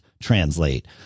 Translate